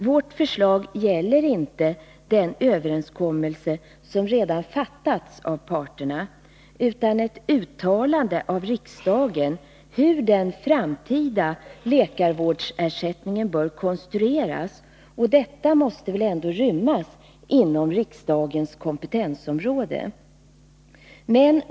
Vårt förslag gäller inte den överenskommelse som redan fattats av parterna, utan ett uttalande av riksdagen hur den framtida läkarvårdsersättningen bör konstrueras. Detta måste väl ändå rymmas inom riksdagens kompetensområde.